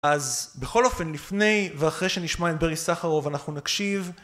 אז בכל אופן, לפני ואחרי שנשמע את ברי סחרוף, אנחנו נקשיב